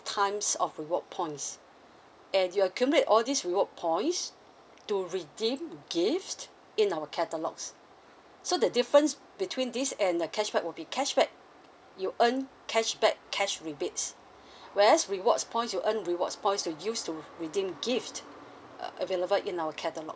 times of reward points and you accumulate all this reward points to redeem gift in our catalogues so the difference between this and the cashback will be cashback you earn cashback cash rebates whereas rewards points you earn rewards points to use to redeem gifts a~ available in our catalogue